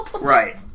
Right